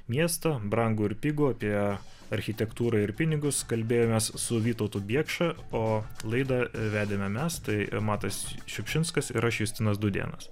miesto brangų ir pigų apie architektūrą ir pinigus kalbėjomės su vytautu biekša o laidą vedėme mes tai ir matas šiupšinskas ir aš justinas dūdėnas